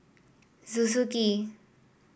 Suzuki